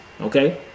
okay